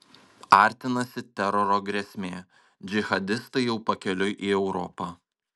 artinasi teroro grėsmė džihadistai jau pakeliui į europą